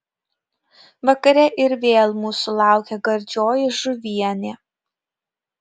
vakare ir vėl mūsų laukė gardžioji žuvienė